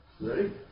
Ready